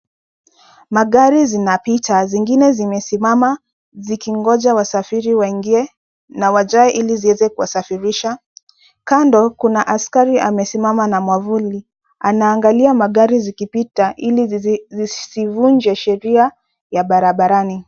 Magari zinapita zengine zimesimama zikingoja wasafiri waingie na wajae ili ziweze kuwasafirisha. Kando kuna askari amesimama na mwavuli anaangalia magari zikipita ili zisivunje sheria za barabarani.